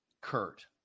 Kurt